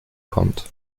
kommt